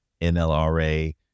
NLRA